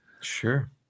Sure